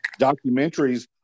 documentaries